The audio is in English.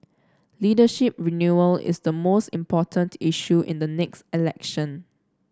leadership renewal is the most important issue in the next election